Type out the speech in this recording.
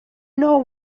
know